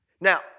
Now